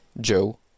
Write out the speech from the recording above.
Joe